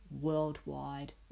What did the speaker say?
worldwide